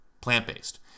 plant-based